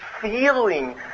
feeling